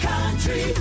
Country